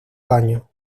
paño